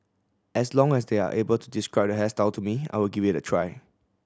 as long as they are able to describe the hairstyle to me I will give it a try